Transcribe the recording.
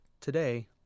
today